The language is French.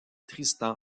tristan